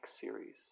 series